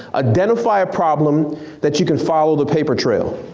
identify a problem that you can follow the paper trail.